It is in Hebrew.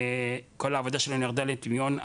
כל העבודה שלנו ירדה לטמיון,